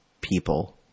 people